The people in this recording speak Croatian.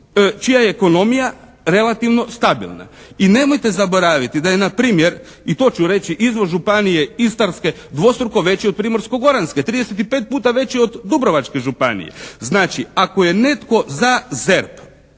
čija je ekonomija relativno stabilna? I nemojte zaboraviti da je na primjer, i to ću reći, izvoz županije Istarske dvostruko veći od Primorsko-Goranske? 35 puta veći od Dubrovačke županije. Znači ako je netko za ZERP